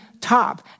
top